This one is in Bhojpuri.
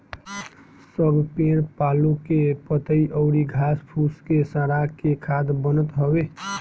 सब पेड़ पालो के पतइ अउरी घास फूस के सड़ा के खाद बनत हवे